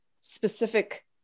specific